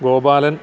Gopalan